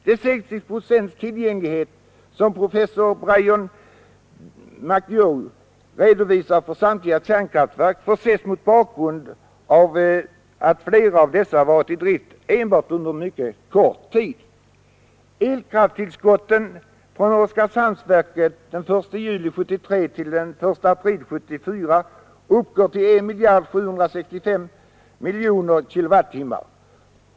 De 60 procents tillgänglighet som professor Bryan McHugh redovisar för samtliga kärnkraftverk får ses mot bakgrund av att flera av dessa varit i drift enbart en kort tid. Elkraftstillskottet från Oskarshamnsverket 1 juli 1973—1 april 1974 uppgår till 1 765 000 000 kWh.